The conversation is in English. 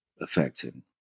affecting